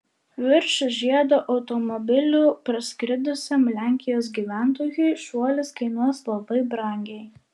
virš žiedo automobiliu praskridusiam lenkijos gyventojui šuolis kainuos labai brangiai